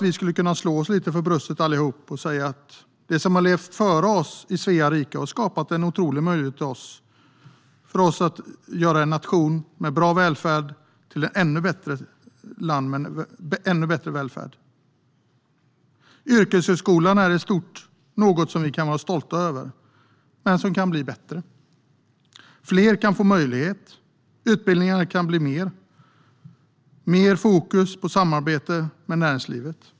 Vi skulle kunna slå oss lite för bröstet och säga att de som har levt före oss i Svea rike har skapat en otrolig möjlighet för oss att göra en nation med bra välfärd till ett ännu bättre land med en ännu bättre välfärd. Yrkeshögskolan är, i stort, något som vi kan vara stolta över, men som kan bli bättre. Fler kan få möjlighet, utbildningarna kan bli fler och större fokus kan läggas på samarbete med näringslivet.